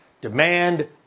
demand